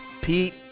Pete